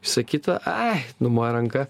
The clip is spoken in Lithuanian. visa kita ai numoja ranka